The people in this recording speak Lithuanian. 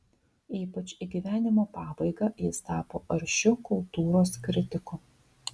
ypač į gyvenimo pabaigą jis tapo aršiu kultūros kritiku